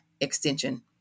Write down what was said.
extension